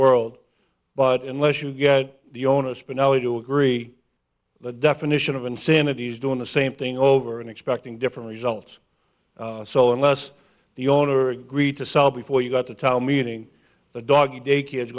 world but unless you get the owners but now i do agree the definition of insanity is doing the same thing over and expecting different results so unless the owner agreed to sell before you got to tell meaning the doggie daycare is